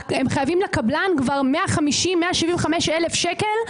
והם חייבים לקבלן כבר 150,000-175,000 שקל,